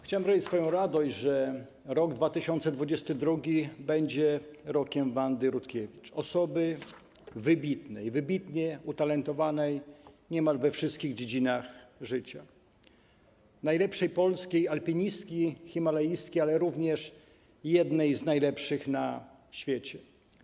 Chciałem wyrazić swoją radość z tego, że rok 2022 będzie Rokiem Wandy Rutkiewicz, osoby wybitnej, wybitnie utalentowanej niemal we wszystkich dziedzinach życia, najlepszej polskiej alpinistki, himalaistki, ale również jednej z najlepszych na świecie.